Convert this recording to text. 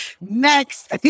Next